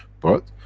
but,